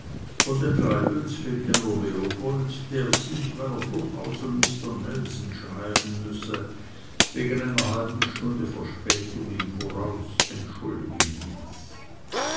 von den treibels fehlte nur leopold der sich weil er durchaus an mister nelson zu schreiben habe wegen einer halben stunde verspätung im voraus entschuldigen ließ